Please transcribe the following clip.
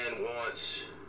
wants